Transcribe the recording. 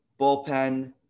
bullpen